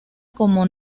como